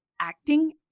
acting